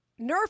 Nerf